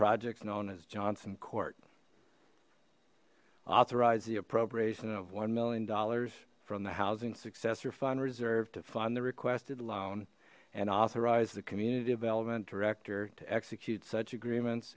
projects known as johnson court authorized the appropriation of one million dollars from the housing successor fund reserve to fund the requested loan and authorize the community development director to execute such agreements